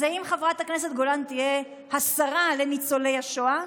אז האם חברת הכנסת גולן תהיה השרה לניצולי השואה?